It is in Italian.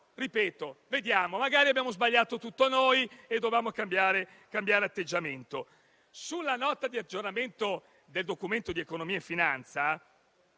ripeto - magari abbiamo sbagliato tutto noi e dovevamo cambiare atteggiamento. Sulla Nota di aggiornamento del Documento di economia e finanza,